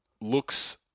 looks